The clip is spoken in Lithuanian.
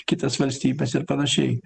kitas valstybes ir panašiai